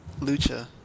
Lucha